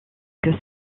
que